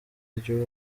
ry’uwo